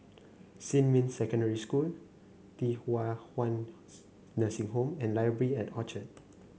Xinmin Secondary School Thye Hua Kwan Nursing Home and Library at Orchard